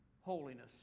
holiness